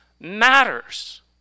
matters